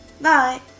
bye